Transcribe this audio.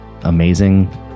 amazing